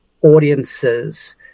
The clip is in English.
audiences